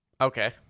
Okay